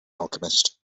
alchemist